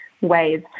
ways